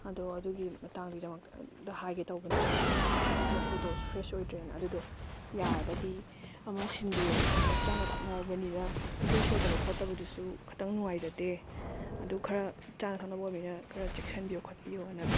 ꯑꯗꯣ ꯑꯗꯨꯒꯤ ꯃꯇꯥꯡꯗ ꯍꯥꯏꯒꯦ ꯇꯧꯕꯅꯦꯕ ꯉꯁꯥꯏꯒꯤ ꯇꯣꯐꯨꯗꯣ ꯐ꯭ꯔꯦꯖ ꯑꯣꯏꯗ꯭ꯔꯦꯅ ꯑꯗꯨꯗꯣ ꯌꯥꯔꯒꯗꯤ ꯑꯃ ꯁꯤꯟꯕꯤꯌꯣ ꯑꯗꯣ ꯆꯥꯅ ꯊꯛꯅꯕꯅꯤꯅ ꯐ꯭ꯔꯦꯖ ꯑꯣꯏꯗ ꯈꯣꯠꯇꯕꯗꯨꯁꯨ ꯈꯇꯪ ꯅꯨꯡꯉꯥꯏꯖꯗꯦ ꯑꯗꯨ ꯈꯔ ꯆꯥꯅ ꯊꯛꯅ ꯑꯣꯏꯕꯅꯤꯅ ꯈꯔ ꯆꯦꯛꯁꯤꯟꯕꯤꯌꯣ ꯈꯣꯠꯄꯤꯌꯣꯅ